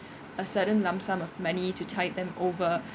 a certain lump sum of money to tide them over